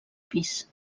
pis